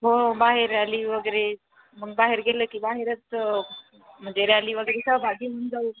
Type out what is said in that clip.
हो बाहेर रॅली वगैरे मग बाहेर गेलं की बाहेरच म्हणजे रॅली वगैरे सहभागी होऊन जाऊ